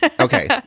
okay